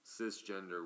cisgender